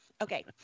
okay